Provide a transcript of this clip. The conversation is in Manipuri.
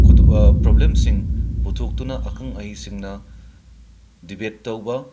ꯄ꯭ꯔꯣꯕ꯭ꯂꯦꯝꯁꯤꯡ ꯄꯨꯊꯣꯛꯇꯨꯅ ꯑꯈꯪ ꯑꯍꯩꯁꯤꯡꯅ ꯗꯤꯕꯦꯠ ꯇꯧꯕ